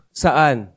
saan